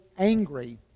angry